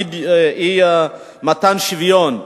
אי-שוויון בשכר,